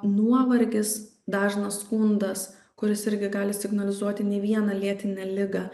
nuovargis dažnas skundas kuris irgi gali signalizuoti ne vieną lėtinę ligą